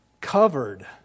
covered